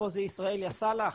פה זה ישראל יא סאלח.